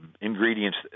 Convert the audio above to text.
ingredients